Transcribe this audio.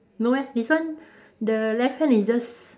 no eh this one the left hand is just